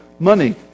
money